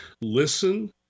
listen